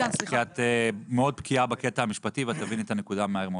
כי את מאוד בקיאה בקטע המשפטי ואת תביני את הנקודה מהר מאוד.